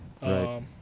right